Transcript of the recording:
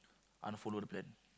unfollow the plan